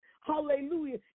hallelujah